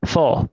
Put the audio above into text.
Four